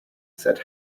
said